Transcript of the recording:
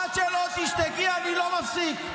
עד שלא תשתקי, אני לא מפסיק.